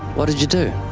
what did you do?